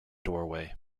doorway